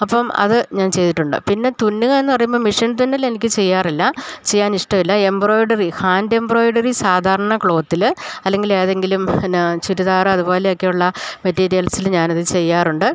അപ്പം അത് ഞാൻ ചെയ്തിട്ടുണ്ട് പിന്നെ തുന്നുക എന്ന് പറയുമ്പം മിഷിൻ തുന്നൽ എനിക്ക് ചെയ്യാറില്ല ചെയ്യാൻ ഇഷ്ടമില്ല എംബ്രോയിഡറി ഹാൻഡ് എംബ്രോയിഡറി സാധാരണ ക്ലോത്തിൽ അല്ലെങ്കിൽ ഏതെങ്കിലും എന്നാ ചുരിദാറത് പോലെയൊക്കെയുള്ള മെറ്റീരിയൽസിൽ ഞാൻ അത് ചെയ്യാറുണ്ട്